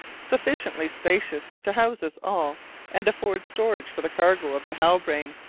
sufficiently spacious to house us all and afford storage for the cargo of the halbrane.